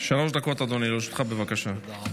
את רוצה לדבר?